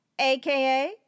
aka